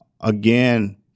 again